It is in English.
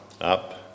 up